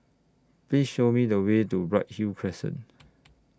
Please Show Me The Way to Bright Hill Crescent